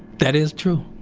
that is true